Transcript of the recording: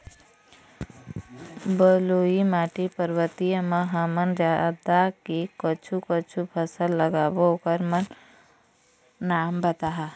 बलुई माटी पर्वतीय म ह हमन आदा के कुछू कछु फसल लगाबो ओकर नाम बताहा?